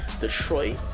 Detroit